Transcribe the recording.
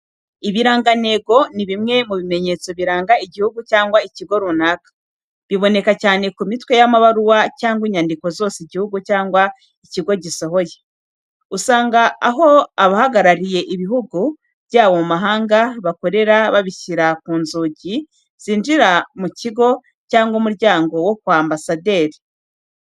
Ibirangantego ni bimwe mu bimenyetso biranga igihugu cyangwa ikigo runaka. Biboneka cyane ku mitwe y'amabaruwa cyangwa inyandiko zose igihugu cyangwa ikigo gisohoye. Usanga aho abahagarariye ibihugu byabo mu mahanga bakorera babishyira ku nzugi zinjira mu kigo cyangwa umuryango wo kwa Ambasaderi.